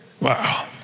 Wow